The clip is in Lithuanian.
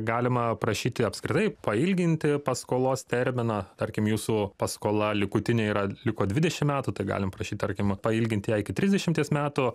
galima prašyti apskritai pailginti paskolos terminą tarkim jūsų paskola likutinė yra liko dvidešim metų tai galim prašyt tarkim pailgint ją iki trisdešimties metų